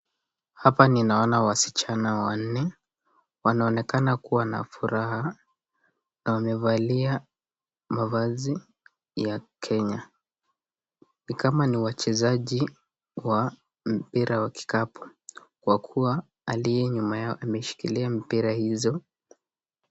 Hapa ninaona wasichana wanne, wanaonekana kuwa na furaha na wamevalia mavazi ya Kenya. Ni kama ni wachezaji wa mpira wa kikapu kwa kuwa aliyenyuma yao ameshikilia mpira hizo.